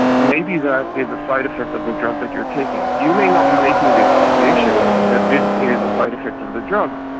maybe that is a side effect of the drug that you're taking. you may not be making the association that this is a side effect of the drug,